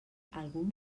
algun